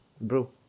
bro